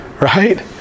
right